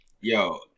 yo